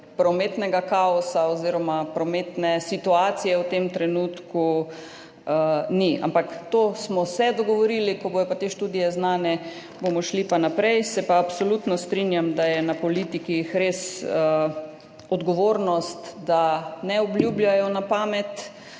prometnega kaosa oziroma prometne situacije v tem trenutku ni. Ampak to smo se dogovorili, ko bodo te študije znane, bomo šli pa naprej. Se pa absolutno strinjam, da je na politikih res odgovornost, da ne obljubljajo na pamet.